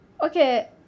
okay